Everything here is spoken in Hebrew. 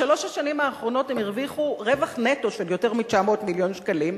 בשלוש השנים האחרונות הם הרוויחו רווח נטו של יותר מ-900 מיליון שקלים.